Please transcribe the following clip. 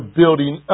building